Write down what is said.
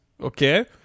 Okay